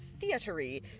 theatery